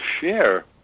share